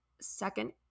second